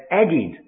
added